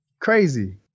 Crazy